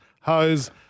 Hose